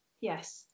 Yes